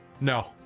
No